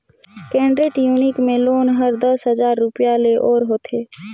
credit union में loan हर दस हजार रूपिया ले ओर होथे